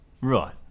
Right